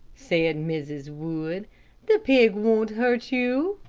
said mrs. wood the pig won't hurt you.